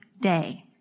day